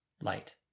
light